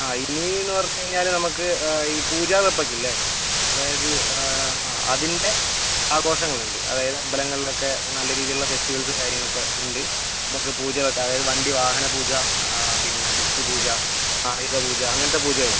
ആ ഇനിയെന്ന് പറഞ്ഞുകഴിഞ്ഞാൽ നമുക്ക് ഈ പൂജാവെപ്പൊക്കെ ഇല്ലെ അതായത് ആ അതിൻ്റെ ആഘോഷങ്ങൾ ഉണ്ട് അതായത് അമ്പലങ്ങളിൽ ഒക്കെ നല്ല രീതിയിലുള്ള ഫെസ്റ്റിവെൽസും കാര്യങ്ങളൊക്കെ ഉണ്ട് നമുക്ക് പൂജ വെക്കുക അതായത് വണ്ടി വാഹന പൂജ പിന്ന ബുക്ക് പൂജ ആയുധ പൂജ അങ്ങനത്തെ പൂജകൾ